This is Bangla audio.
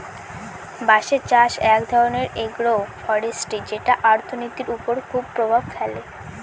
বাঁশের চাষ এক ধরনের এগ্রো ফরেষ্ট্রী যেটা অর্থনীতির ওপর খুব প্রভাব ফেলে